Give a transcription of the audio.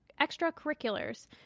extracurriculars